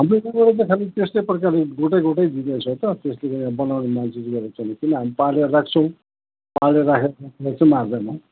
हाम्रो यताबाट त खालि त्यस्तै प्रकारले गोटै गोटै दिँदैछ त त्यसले गर्दा बनाउने मान्छे किन हामी पालेर राख्छौँ पालेर राखेको कुरालाई चै मार्दैनौँ